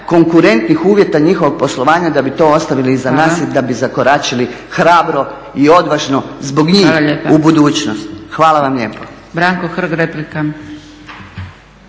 konkurentnih uvjeta njihovog poslovanja da bi to ostavili iza nas i da bi zakoračili hrabro i odvažno zbog njih u budućnost. Hvala vam lijepo.